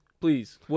Please